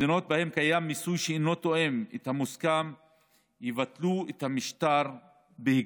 מדינות שבהן קיים מיסוי שאינו תואם את המוסכם יבטלו את המשטר בהקדם.